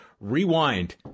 rewind